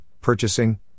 purchasing